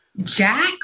Jack